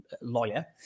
lawyer